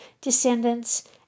descendants